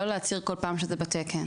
לא להצהיר כל פעם שזה בתקן.